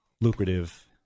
lucrative